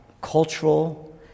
cultural